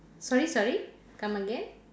sorry sorry come again